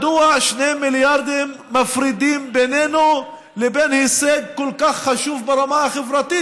מדוע 2 מיליארדים מפרידים בינינו לבין הישג כל כך חשוב ברמה החברתית,